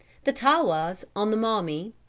the tawas on the maumee,